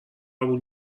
قبول